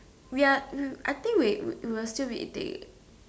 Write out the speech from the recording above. we are I think we we will still be eating